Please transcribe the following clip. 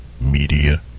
Media